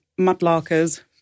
mudlarkers